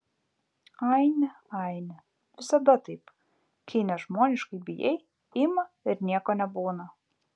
aine aine visada taip kai nežmoniškai bijai ima ir nieko nebūna